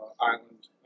Island